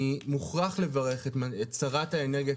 אני מוכרח לברך את שרת האנרגיה,